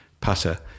putter